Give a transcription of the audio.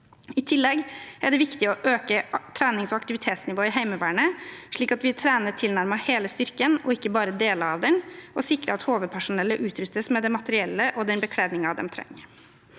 I tillegg er det viktig å øke trenings- og aktivitetsnivået i Heimevernet, slik at vi trener tilnærmet hele styrken, ikke bare deler av den, og å sikre at HV-personellet utrustes med det materiellet og den bekledningen de trenger.